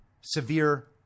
severe